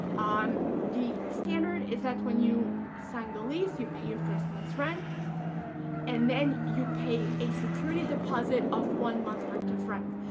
um the standard is that when you sign the lease you pay your first month's rent and then you pay a security deposit of one month worth's of rent.